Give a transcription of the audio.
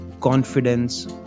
confidence